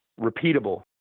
repeatable